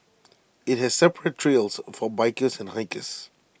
IT has separate trails for bikers and hikers